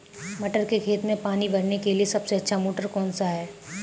मटर के खेत में पानी भरने के लिए सबसे अच्छा मोटर कौन सा है?